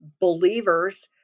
believers